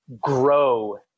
grow